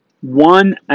One